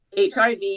HIV